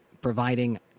providing